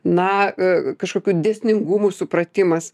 na kažkokių dėsningumų supratimas